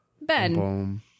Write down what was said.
Ben